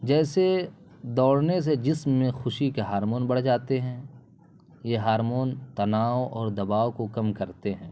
جیسے دوڑنے سے جسم میں خوشی کے ہارمون بڑھ جاتے ہیں یہ ہارمون تناؤ اور دباؤ کو کم کرتے ہیں